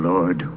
Lord